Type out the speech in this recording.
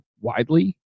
widely